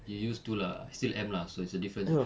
you used to lah still am lah so it's a difference